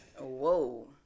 Whoa